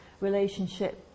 relationship